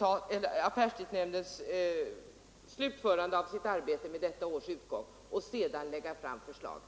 av affärstidsnämndens arbete vid detta års utgång och sedan lägga fram förslag.